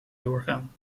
doorgaan